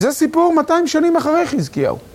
זה סיפור 200 שנים אחרי חזקיהו.